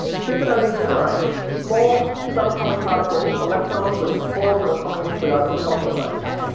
supernovae generate small subatomic particles, electrons and cores of atomic nuclei called cosmic rays,